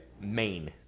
Maine